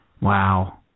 Wow